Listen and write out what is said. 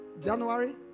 January